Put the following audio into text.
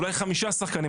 אולי 5 שחקנים.